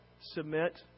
submit